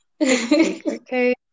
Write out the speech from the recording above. Okay